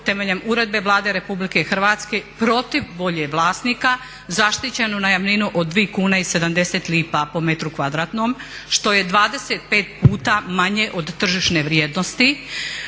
temeljem Uredbe Vlade RH protiv volje vlasnika zaštićenu najamninu od 2 kune i 70 lipa po metru kvadratnom što je 25 puta manje od tržišne vrijednosti.